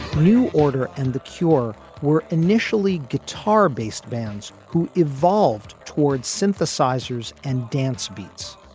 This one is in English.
new order and the cure were initially guitar based bands who evolved towards synthesizers and dance beats.